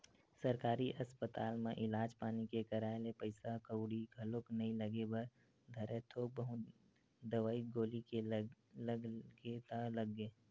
सरकारी अस्पताल म इलाज पानी के कराए ले पइसा कउड़ी घलोक नइ लगे बर धरय थोक बहुत दवई गोली के लग गे ता लग गे